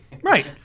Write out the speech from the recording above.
Right